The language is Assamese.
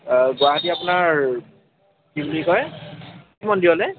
গুৱাহাটী আপোনাৰ কি বুলি কয় মন্দিৰলৈ